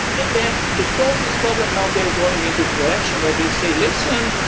and then to solve this problem, now they're going into the direction where they say, listen,